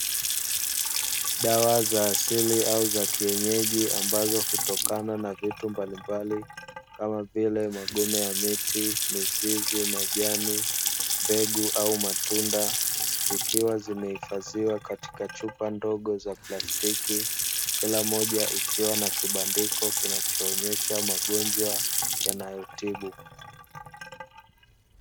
Dawa za asili au za kienyeji ambazo hutokana na vitu mbalimbali kama vile: magome ya miti, mizizi, majani, mbegu au matunda zikiwa zimehifadhiwa katika chupa ndogo za plastiki kila moja ikiwa na kibandiko kinachoonyesha magonjwa yanayotibu.